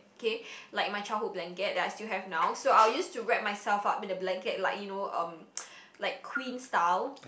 okay like my childhood blanket that I still have now so I will use to wrap myself up in the blanket like you know um like queen style